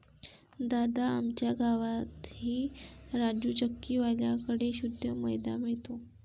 दादा, आमच्या गावातही राजू चक्की वाल्या कड़े शुद्ध मैदा मिळतो